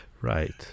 Right